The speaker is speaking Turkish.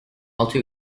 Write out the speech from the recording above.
altı